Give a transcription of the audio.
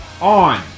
on